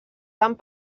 tant